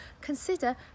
consider